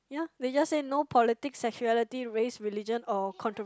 ya they just say no politics sexuality race religion or controversies